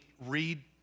read